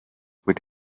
with